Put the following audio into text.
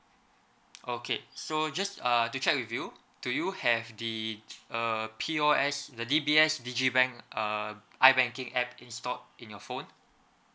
okay so just err to check with you do you have the err P O S the D B S digi~ bank err i banking app installed in your phone